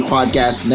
Podcast